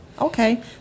Okay